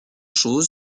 chose